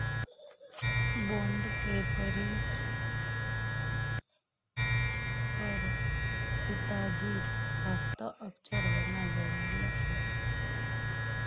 bond पेपरेर पर पिताजीर हस्ताक्षर होना जरूरी छेक